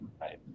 right